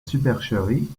supercherie